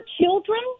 children